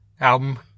album